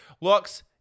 Looks